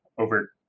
over